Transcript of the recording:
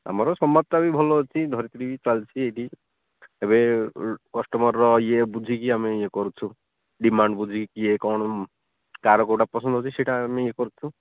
ଆମର ସମ୍ୱାଦଟା ବି ଭଲ ଅଛି ଧରିତ୍ରୀ ବି ଚାଲିଛି ଏଠି ଏବେ କଷ୍ଟମରର ଇଏ ବୁଝିକି ଆମେ ଇଏ କରୁଛୁ ଡିମାଣ୍ଡ ବୁଝିକି ଇଏ କ'ଣ କାହାର କେଉଁଟା ପସନ୍ଦ ହେଉଛି ସେଇଟା ଆମେ ଇଏ କରୁଛୁ